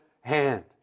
hand